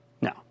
No